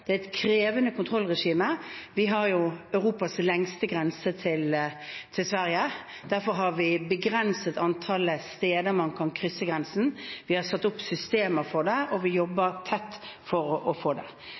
Det er et krevende kontrollregime. Vi har jo Europas lengste grense, til Sverige. Derfor har vi begrenset antallet steder man kan krysse grensen. Vi har satt opp systemer for det, og vi jobber tett for å få det